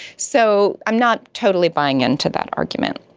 so i'm not totally buying into that argument.